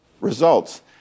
results